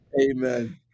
Amen